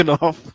off